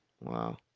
Wow